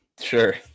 Sure